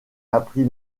apprit